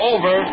Over